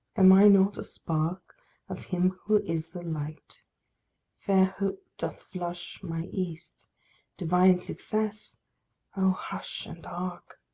am i not a spark of him who is the light fair hope doth flush my east divine success oh, hush and hark!